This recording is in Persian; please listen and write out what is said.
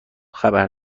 خبر